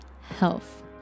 health